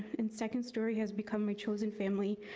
and second story has become my chosen family,